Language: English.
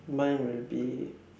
mine would be